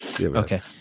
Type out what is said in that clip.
Okay